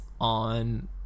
on